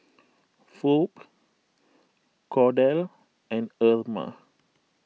Phoebe Kordell and Irma